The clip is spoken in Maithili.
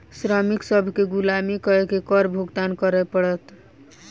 श्रमिक सभ केँ गुलामी कअ के कर भुगतान करअ पड़ल